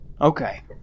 Okay